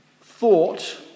thought